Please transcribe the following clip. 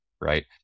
right